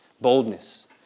boldness